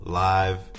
live